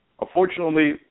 Unfortunately